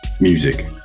music